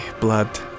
blood